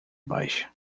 baixa